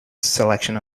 selection